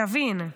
תבין,